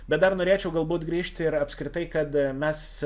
bet dar norėčiau galbūt grįžti ir apskritai kad mes